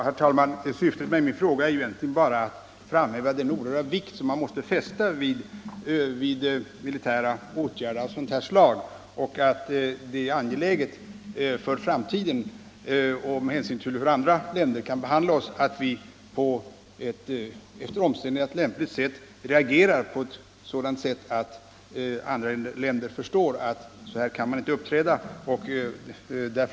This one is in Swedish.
Herr talman! Syftet med min fråga var egentligen bara att framhålla den oerhörda vikt man måste fästa vid militära åtgärder av sådant här slag. Det är angeläget för framtiden, med hänsyn till hur olika länder kan behandla oss, att vi på ett efter omständigheterna lämpligt sätt klart reagerar, så att andra länder förstår att så här kan man inte uppträda.